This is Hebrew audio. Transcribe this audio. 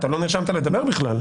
נרשם לדבר.